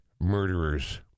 murderers